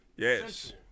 Yes